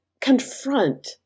confront